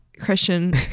Christian